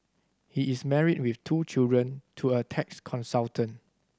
he is married with two children to a tax consultant